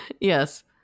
Yes